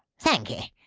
thankee.